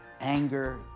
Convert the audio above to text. anger